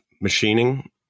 machining